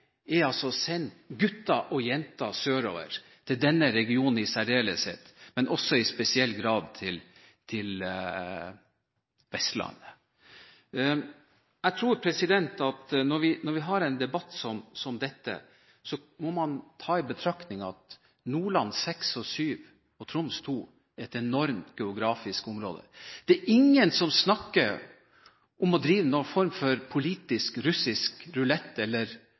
sende gutter og jenter sørover, til denne regionen i særdeles, men også i spesiell grad til Vestlandet. Jeg tror at når vi har en debatt som dette, må man ta i betraktning at Nordland VI og VII og Troms II er et enormt geografisk område. Det er ingen som snakker om å drive noen form for politisk russisk rulett eller